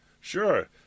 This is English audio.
Sure